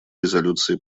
резолюции